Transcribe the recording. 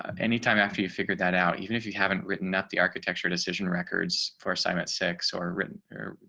anytime after you figured that out, even if you haven't written up the architecture decision records for assignment six or written or,